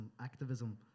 activism